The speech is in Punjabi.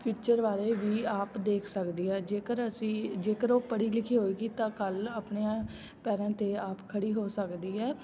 ਫਿਊਚਰ ਬਾਰੇ ਵੀ ਆਪ ਦੇਖ ਸਕਦੀ ਹੈ ਜੇਕਰ ਅਸੀਂ ਜੇਕਰ ਉਹ ਪੜੀ ਲਿਖੀ ਹੋਏਗੀ ਤਾਂ ਕੱਲ੍ਹ ਆਪਣੇ ਪੈਰਾਂ 'ਤੇ ਆਪ ਖੜ੍ਹੀ ਹੋ ਸਕਦੀ ਹੈ